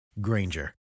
Granger